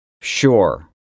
sure